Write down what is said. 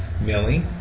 Millie